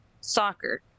soccer